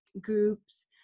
groups